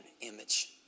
image